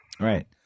right